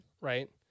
right